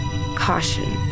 caution